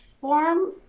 form